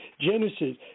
genesis